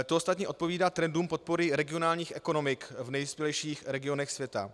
To ostatně odpovídá trendům podpory regionálních ekonomik v nejvyspělejších regionech světa.